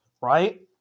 right